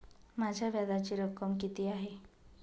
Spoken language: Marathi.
माझ्या व्याजाची रक्कम किती आहे?